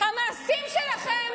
המעשים שלכם